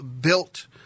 built